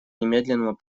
немедленному